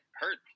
hurt